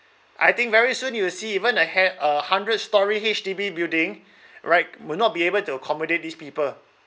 I think very soon you'll see even a h~ a hundred storey H_D_B building right will not be able to accommodate these people